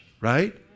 right